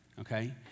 okay